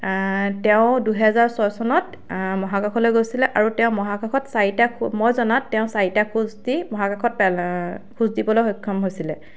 তেওঁ দুহেজাৰ ছয় চনত মহাকাশলৈ গৈছিলে আৰু তেওঁ মহাকাশত চাৰিটা খো মই জনাত তেওঁ চাৰিটা খোজ দি মহাকাশত পে খোজ দিবলৈ সক্ষম হৈছিলে